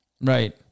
Right